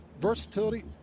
versatility